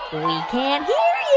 we can't hear you.